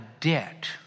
debt